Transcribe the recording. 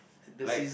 like